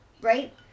right